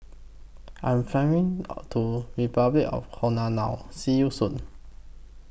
I'm Flying to Repuclic of The Congo now See YOU Soon